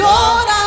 Lord